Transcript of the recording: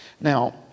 Now